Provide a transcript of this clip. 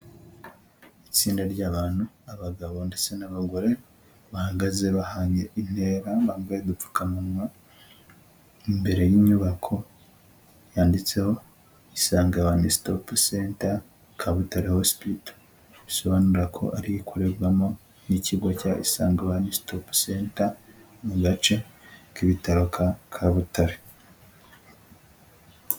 Itsinda ry'abantu, abagabo ndetse n'abagore, bahagaze bahanye intera, bambaye agupfukawa, imbere y'inyubako yanditseho: ISANGE ONE STOP CENTER KABUTARE HOSPITAL, bisobanura ko ariyo ikorerwamo n'ikigo cya ISANGE ONE STOP CENTER mu gace k'ibitaro Ka Butare.